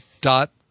dot